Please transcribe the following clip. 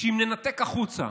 שאם ננתק החוצה